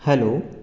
hello